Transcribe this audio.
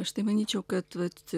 aš tai manyčiau kad vat